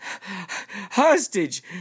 hostage